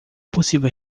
possível